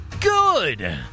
Good